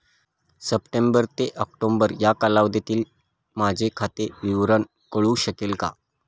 September ते October या कालावधीतील माझे खाते विवरण कळू शकेल का?